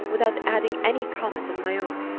without adding any comment of my own.